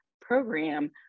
program